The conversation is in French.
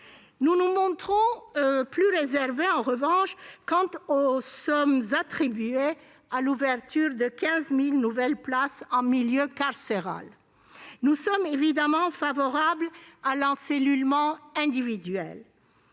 nous nous montrons plus réservés quant aux sommes attribuées à l'ouverture de 15 000 nouvelles places en milieu carcéral. Nous sommes évidemment favorables à l'encellulement individuel